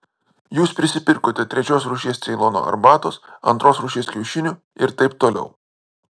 jūs prisipirkote trečios rūšies ceilono arbatos antros rūšies kiaušinių ir taip toliau